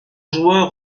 joueurs